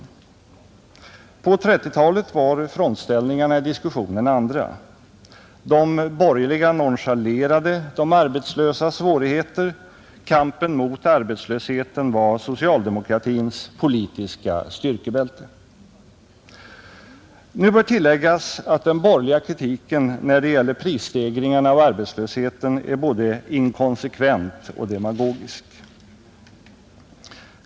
På 1930-talet var frontställningarna i diskussionen andra. De borgerliga nonchalerade de arbetslösas svårigheter. Kampen mot arbetslösheten var socialdemokratins politiska styrkebälte. Nu bör tilläggas att den borgerliga kritiken när det gäller prisstegringarna är både inkonsekvent och demagogisk.